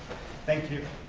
thank you.